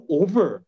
over